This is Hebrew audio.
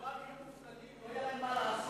רובם יהיו מובטלים, לא יהיה להם מה לעשות.